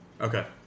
Okay